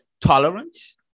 tolerance